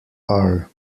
are